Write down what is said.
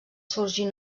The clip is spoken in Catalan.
sorgir